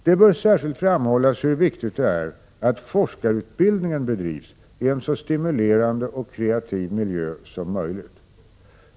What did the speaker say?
Det bör särskilt framhållas hur viktigt det är att forskarutbildningen bedrivs i en så stimulerande och kreativ miljö som möjligt.